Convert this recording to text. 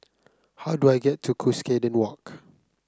how do I get to Cuscaden Walk